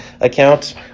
account